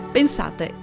Pensate